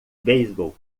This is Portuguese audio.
beisebol